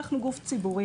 אנחנו גוף ציבורי,